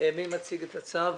מי מציג את הצו?